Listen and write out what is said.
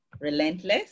Relentless